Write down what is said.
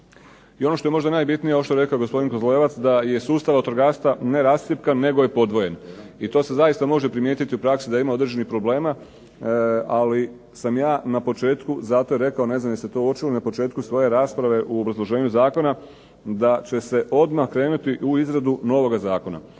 I ono što je možda najbitnije što je rekao gospodin KOzlevac da je sustav vatrogastva ne rascjepkan nego je podvojen i to se zaista može primijetiti u praksi da ima određenih problema ali sam ja na početku rekao, ne znam da li ste uočili na početku svoje rasprave u obrazloženju Zakona, da će se odmah krenuti u izradu novoga Zakona.